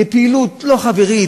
בפעילות לא חברית,